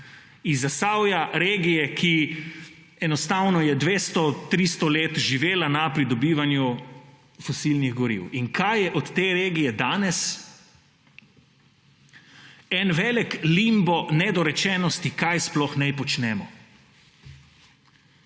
iz Zasavja, regije, ki enostavno je 200, 300 let živela na pridobivanju fosilnih goriv. Kaj je od te regije danes? En velik limbo nedorečenosti, kaj sploh naj počnemo.